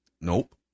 Nope